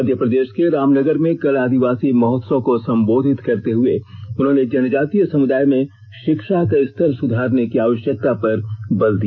मध्य प्रदेश के रामनगर में कल आदिवासी महोत्सव को संबोधित करते हुए उन्होंने जनजातीय समुदाय में शिक्षा का स्तर सुधारने की आवश्यकता पर बल दिया